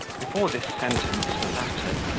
before this sentence was uttered,